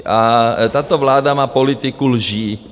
A tato vláda má politiku lží.